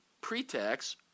pre-tax